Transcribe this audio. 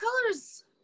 colors